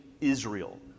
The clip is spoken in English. Israel